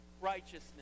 righteousness